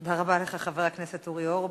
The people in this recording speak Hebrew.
תודה רבה לך, חבר הכנסת אורבך.